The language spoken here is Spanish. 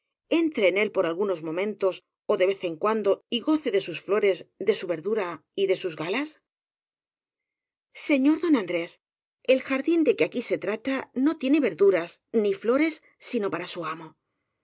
entre en él por algunos momentos ó de vez en cuando y goce de sus flores de su verdura y de sus galas señor don andrés el jardín de que aquí se trata no tiene verduras ni flores sino para su amo